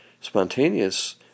Spontaneous